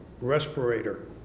respirator